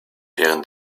während